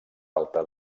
alta